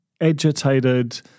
agitated